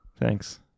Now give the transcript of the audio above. Thanks